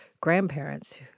grandparents